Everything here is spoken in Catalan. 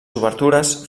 obertures